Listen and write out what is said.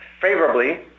favorably